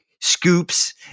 scoops